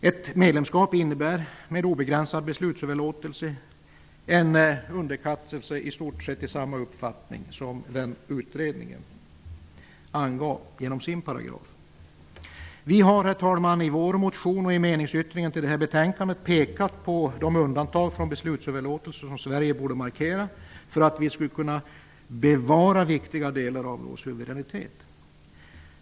Ett medlemskap med obegränsad beslutsöverlåtelse innebär en underkastelse i stort sett samma omfattning som utredningen angav i sin paragraf. Vi har, herr talman i vår motion och i meningsyttringen till betänkandet pekat på de undantag från beslutsöverlåtelsen som Sverige borde markera för att kunna bevara viktiga delar av sin suveränitet.